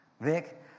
Vic